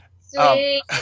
Sweet